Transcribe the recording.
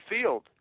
field